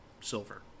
silver